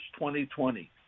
2020